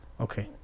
Okay